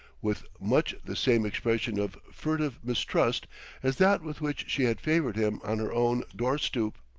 with much the same expression of furtive mistrust as that with which she had favored him on her own door-stoop.